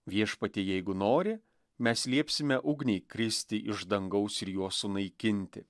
viešpatie jeigu nori mes liepsime ugniai kristi iš dangaus ir juos sunaikinti